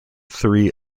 three